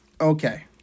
Okay